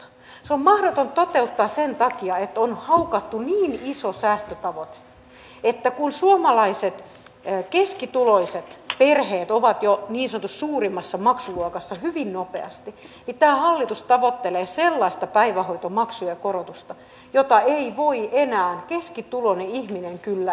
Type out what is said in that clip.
se on mahdoton toteuttaa sen takia että on haukattu niin iso säästötavoite että kun suomalaiset keskituloiset perheet ovat jo niin sanotussa suurimmassa maksuluokassa hyvin nopeasti niin tämä hallitus tavoittelee sellaista päivähoitomaksujen korotusta jota ei voi enää keskituloinen ihminen kyllä niellä